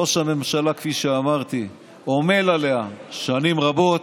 ראש הממשלה, כפי שאמרתי, עמל עליה שנים רבות,